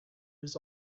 was